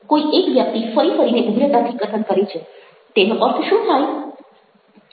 કોઈ એક વ્યક્તિ ફરી ફરીને ઉગ્રતાથી કથન કરે છે તેનો અર્થ શું થાય